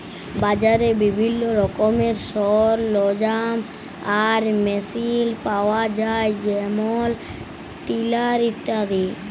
বাজারে বিভিল্ল্য রকমের সরলজাম আর মেসিল পাউয়া যায় যেমল টিলার ইত্যাদি